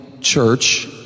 church